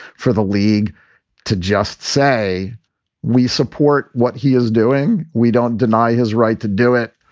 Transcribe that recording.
for the league to just say we support what he is doing, we don't deny his right to do it,